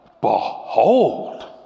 Behold